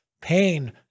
pain